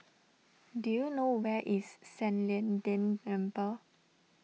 do you know where is San Lian Deng Temple